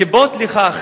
הסיבות לכך